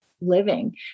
Living